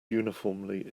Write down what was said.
uniformly